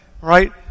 right